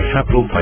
Capital